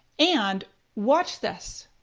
and watch this,